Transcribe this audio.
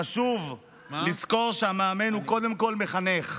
חשוב לזכור שמאמן הוא קודם כול מחנך.